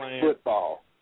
football